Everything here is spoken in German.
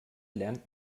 lernt